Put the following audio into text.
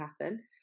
happen